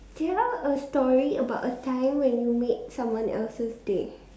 tell a story about a time when you made someone else's day